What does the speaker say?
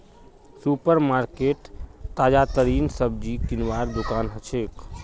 super market ताजातरीन सब्जी किनवार दुकान हछेक